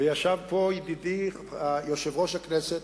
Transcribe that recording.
וישב פה ידידי יושב-ראש הכנסת,